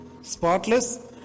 Spotless